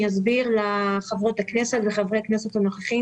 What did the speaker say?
אני אסביר לחברות וחברי הכנסת הנוכחים